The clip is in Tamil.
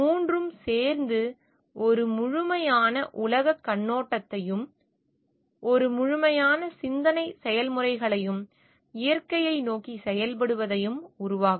மூன்றும் சேர்ந்து ஒரு முழுமையான உலகக் கண்ணோட்டத்தையும் ஒரு முழுமையான சிந்தனை செயல்முறையையும் இயற்கையை நோக்கிச் செயல்படுவதையும் உருவாக்கும்